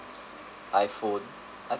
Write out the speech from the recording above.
iphone